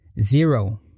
Zero